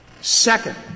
Second